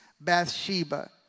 Bathsheba